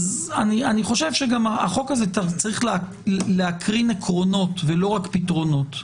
החוק הזה צריך להקרין עקרונות ולא רק פתרונות.